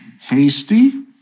hasty